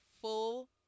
full